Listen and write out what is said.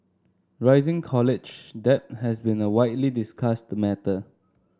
rising college debt has been a widely discussed matter